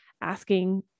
asking